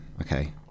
Okay